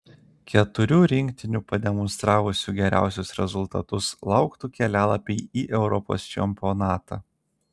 keturių rinktinių pademonstravusių geriausius rezultatus lauktų kelialapiai į europos čempionatą